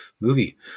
movie